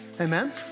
Amen